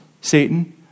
Satan